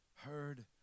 heard